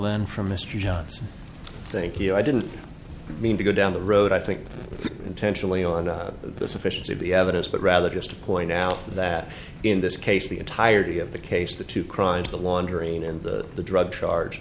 johnson thank you i didn't mean to go down the road i think intentionally on the sufficiency of the evidence but rather just to point out that in this case the entirety of the case the two crimes the laundering and the drug charge